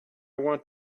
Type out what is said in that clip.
want